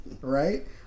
right